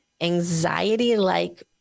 Anxiety-like